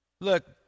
Look